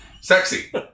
Sexy